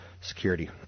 security